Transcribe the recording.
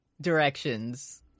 directions